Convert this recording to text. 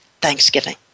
Thanksgiving